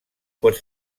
pot